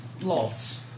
Lots